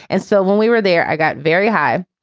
and so when we were there, i got very high,